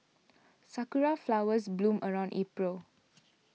sakura flowers bloom around April